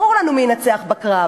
ברור לנו מי ינצח בקרב,